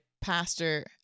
pastor